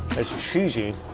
it's cheesy,